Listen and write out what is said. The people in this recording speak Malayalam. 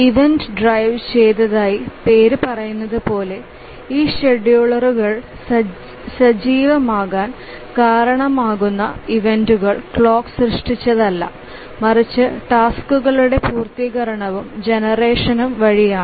ഇവന്റ് ഡ്രൈവു ചെയ്തതായി പേര് പറയുന്നതുപോലെ ഈ ഷെഡ്യൂളറുകൾ സജീവമാകാൻ കാരണമാകുന്ന ഇവന്റുകൾ ക്ലോക്ക് സൃഷ്ടിച്ചതല്ല മറിച്ച് ടാസ്ക്കുകളുടെ പൂർത്തീകരണവും ജനറേഷനും വഴിയാണ്